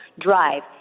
drive